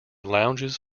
lounges